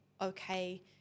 okay